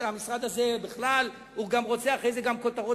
והמשרד הזה אחרי זה גם רוצה כותרות